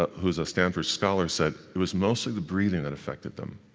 who's a stanford scholar, said it was mostly the breathing that affected them.